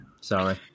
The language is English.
Sorry